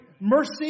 mercy